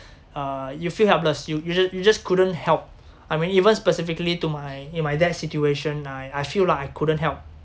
uh you feel helpless you you just you just couldn't help I mean even specifically to my in my dad's situation I I feel like I couldn't help